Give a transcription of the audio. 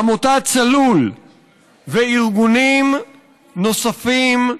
עמותת צלול וארגונים נוספים,